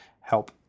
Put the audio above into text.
help